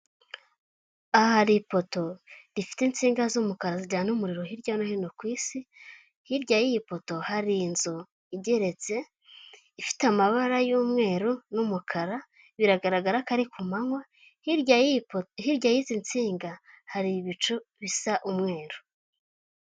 Aha hari ipoto rifite insinga z'umukara zijyana umuriro hirya no hino ku isi, hirya y'iyi poto hari inzu igeretse ifite amabara y'umweru n'umukara, biragaragara ko ari ku manywa hirya hirya y'izi nsinga hari ibicu bisa umweru.